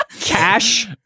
cash